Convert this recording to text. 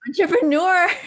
Entrepreneur